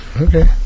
Okay